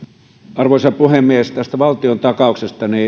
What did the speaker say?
arvoisa puhemies tästä valtiontakauksesta